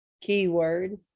keyword